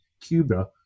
Cuba